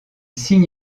signe